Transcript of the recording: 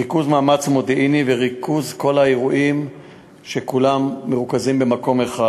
ריכוז מאמץ מודיעיני וריכוז כל האירועים במקום אחד.